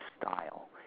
style